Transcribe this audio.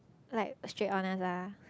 like straight honest ah